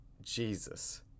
Jesus